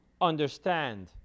understand